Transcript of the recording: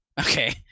okay